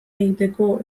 egiteko